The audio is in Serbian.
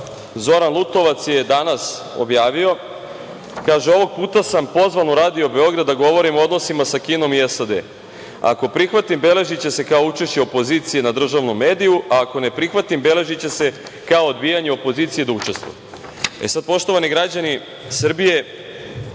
Zoran Lutovac je danas objavio – „ovog puta sam pozvan u Radio Beograd da govorim o odnosima sa Kinom i SAD. Ako prihvatim beležiće se kao učešće opozicije na državnom mediju, a ako ne prihvatim beležiće se kao odbijanje opozicije da učestvuje“.Poštovani građani Srbije,